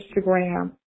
Instagram